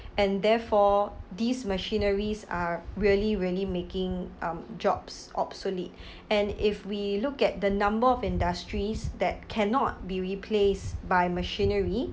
and therefore these machineries are really really making um jobs obsolete and if we look at the number of industries that cannot be replaced by machinery